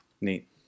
neat